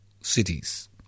cities